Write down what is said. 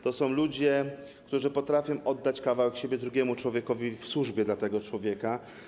To są ludzie, którzy potrafią oddać kawałek siebie drugiemu człowiekowi, poświęcić się służbie dla tego człowieka.